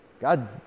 God